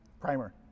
primer